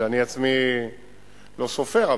שאני עצמי לא סופר,